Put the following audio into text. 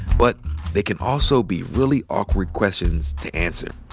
but they can also be really awkward questions to answer.